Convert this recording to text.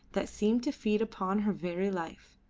that seemed to feed upon her very life.